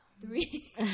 Three